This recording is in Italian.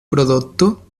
prodotto